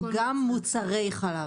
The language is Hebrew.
גם מוצרי חלב.